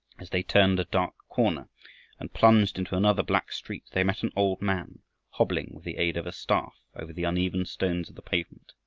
as they turned a dark corner and plunged into another black street they met an old man hobbling with the aid of a staff over the uneven stones of the pavement.